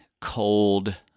cold